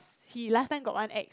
he last time got one ex